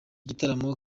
gitaramo